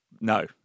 no